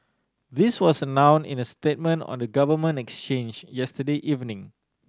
this was announce in a statement on the Government Exchange yesterday evening